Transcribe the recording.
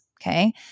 Okay